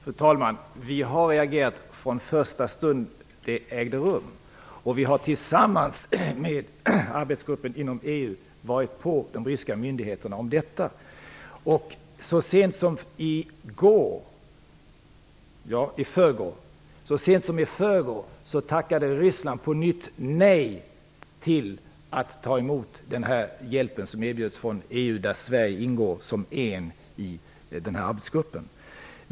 Fru talman! Vi har reagerat från första stund då denna olycka ägde rum. Vi har tillsammans med arbetsgruppen inom EU varit på de ryska myndigheterna om detta. Så sent som i förrgår tackade Ryssland på nytt nej till att ta emot den hjälp som erbjöds från EU, där Sverige ingår som en part i arbetsgruppen.